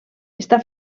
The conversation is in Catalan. està